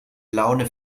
laune